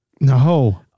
No